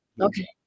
Okay